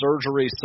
surgery